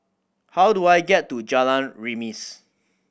how do I get to Jalan Remis